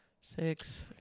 Six